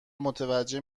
متوجه